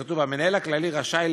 כתוב: "המנהל הכללי רשאי